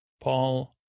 Paul